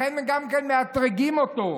לכן הם גם כן מאתרגים אותו,